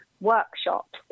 workshops